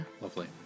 Lovely